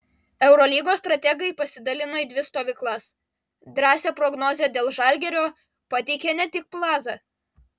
eurolygos strategai pasidalino į dvi stovyklas drąsią prognozę dėl žalgirio pateikė ne tik plaza